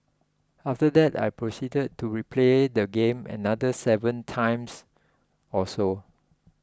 after that I proceeded to replay the game another seven times or so